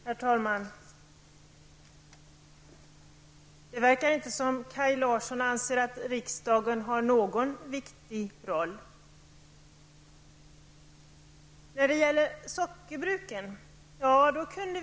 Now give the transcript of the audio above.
Herr talman! Det verkar inte som Kaj Larsson anser att riksdagen har någon viktig roll. Vi kunde ingenting göra för sockerbruken, sade Kaj Larsson.